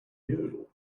yodel